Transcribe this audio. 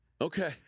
Okay